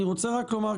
אני רוצה רק לומר,